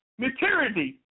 Maturity